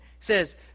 says